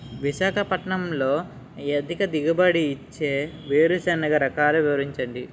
విశాఖపట్నంలో అధిక దిగుబడి ఇచ్చే వేరుసెనగ రకాలు వివరించండి?